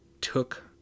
took